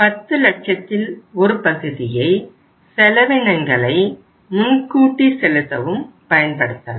பத்து லட்சத்தில் ஒரு பகுதியை செலவினங்களை முன்கூட்டி செலுத்தவும் பயன்படுத்தலாம்